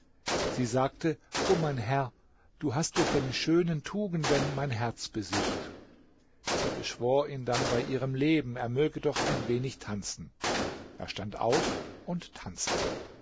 sie sagte o mein herr du hast durch deine schönen tugenden mein herz besiegt sie beschwor ihn dann bei ihrem leben er möge doch ein wenig tanzen er stand auf und tanzte